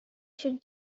should